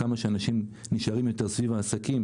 כמה שאנשים נשארים יותר סביב העסקים